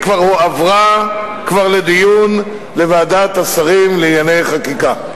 היא כבר הועברה לדיון לוועדת השרים לענייני חקיקה.